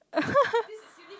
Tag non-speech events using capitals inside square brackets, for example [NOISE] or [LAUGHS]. [LAUGHS]